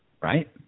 right